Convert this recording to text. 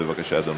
בבקשה, אדוני.